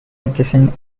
adjacent